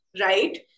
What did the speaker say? right